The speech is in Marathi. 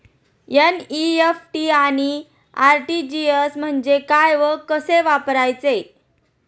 एन.इ.एफ.टी आणि आर.टी.जी.एस म्हणजे काय व कसे वापरायचे?